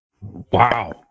Wow